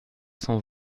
cent